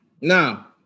now